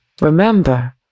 Remember